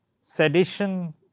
sedition